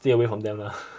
stay away from them lah